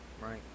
Right